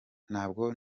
ntabwo